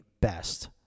best